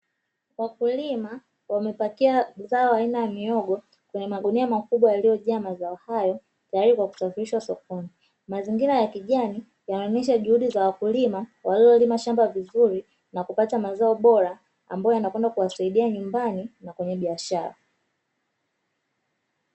Wakulima wamepakia zao aina ya miogo kwenye magunia makubwa yaliyojaa mazao hayo, tayari kwa kusafirisha sokoni mazingira ya kijani yanaonyesha juhudi za wakulima waliolima shamba vizuri na kupata mazao bora ambayo yanakwenda kuwasaidia nyumbani na kwenye biashara.